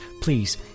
please